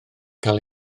cael